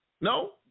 No